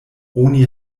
oni